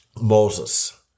Moses